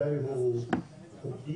כפי